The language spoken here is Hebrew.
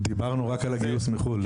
דיברנו רק על הגיוס מחו"ל.